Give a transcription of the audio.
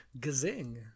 Gazing